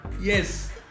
Yes